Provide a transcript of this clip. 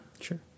sure